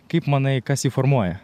kaip manai kas jį formuoja